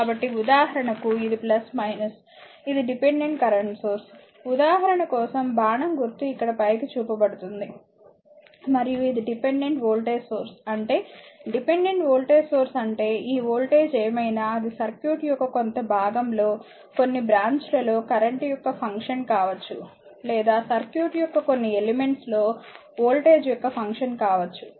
కాబట్టి ఉదాహరణకు ఇది ఇది డిపెండెంట్ కరెంట్ సోర్స్ ఉదాహరణ కోసం బాణం గుర్తు ఇక్కడ పైకి చూపబడుతుంది మరియు ఇది డిపెండెంట్ వోల్టేజ్ సోర్స్ అంటే డిపెండెంట్ వోల్టేజ్ సోర్స్ అంటే ఈ వోల్టేజ్ ఏమైనా అది సర్క్యూట్ యొక్క కొంత భాగంలో కొన్ని బ్రాంచ్ లలో కరెంట్ యొక్క ఫంక్షన్ కావచ్చు లేదా సర్క్యూట్ యొక్క కొన్ని ఎలిమెంట్స్ లో వోల్టేజ్ యొక్క ఫంక్షన్ కావచ్చు